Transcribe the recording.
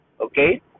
okay